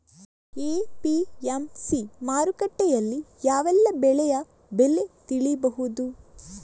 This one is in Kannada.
ಎ.ಪಿ.ಎಂ.ಸಿ ಮಾರುಕಟ್ಟೆಯಲ್ಲಿ ಯಾವೆಲ್ಲಾ ಬೆಳೆಯ ಬೆಲೆ ತಿಳಿಬಹುದು?